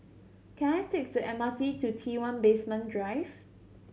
can I take the M R T to T One Basement Drive